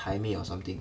台妹 or something